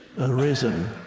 arisen